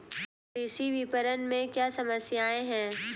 कृषि विपणन में क्या समस्याएँ हैं?